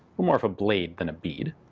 more of a blade than a bead.